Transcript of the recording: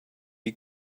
you